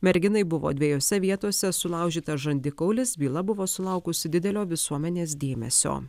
merginai buvo dviejose vietose sulaužytas žandikaulis byla buvo sulaukusi didelio visuomenės dėmesio